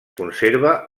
conserva